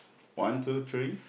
one two three